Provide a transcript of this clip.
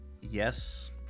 yes